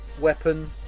weapon